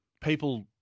people